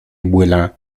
vuela